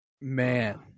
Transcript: Man